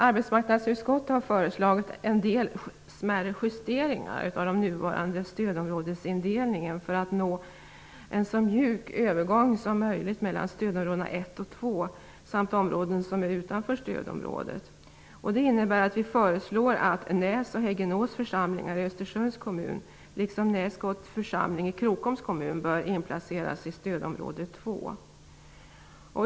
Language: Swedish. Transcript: Arbetsmarknadsutskottet har föreslagit en del smärre justeringar i den nuvarande stödområdesindelningen för att nå en så mjuk övergång som möjligt mellan stödområde 1 och 2 samt områden som är utanför stödområdet. Vi föreslår därför att Näs och Häggenås församlingar i Östersunds kommun liksom Näskotts församling i Krokoms kommun bör inplaceras i stödområde 2.